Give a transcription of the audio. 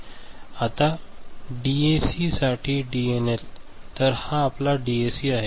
आता डीएसीसाठी डीएनएल तर हा आपला डीएसी आहे